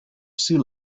sea